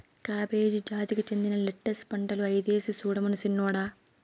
cabbage జాతికి చెందిన lettuce పంటలు ఐదేసి సూడమను సిన్నోడా